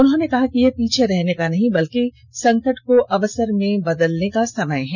उन्होंने कहा कि यह पीछे रहने का नहीं बल्कि संकट को अवसर में बदलने का समय है